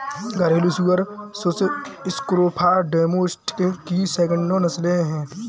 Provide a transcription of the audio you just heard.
घरेलू सुअर sus scrofa domesticus की सैकड़ों नस्लें हैं